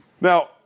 Now